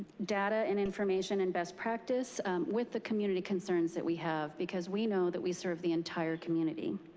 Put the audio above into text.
data and information and best practice with the community concerns that we have. because we know that we serve the entire community.